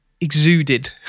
exuded